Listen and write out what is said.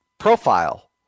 Profile